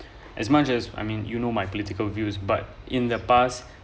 as much as I mean you know my political views but in the past